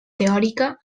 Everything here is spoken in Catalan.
teòrica